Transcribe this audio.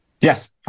Yes